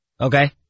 Okay